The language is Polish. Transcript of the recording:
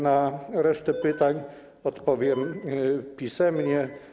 Na resztę pytań odpowiem pisemnie.